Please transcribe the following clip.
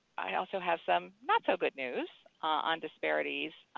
i also have some not so good news on disparities.